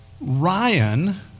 Ryan